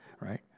Right